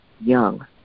young